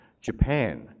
Japan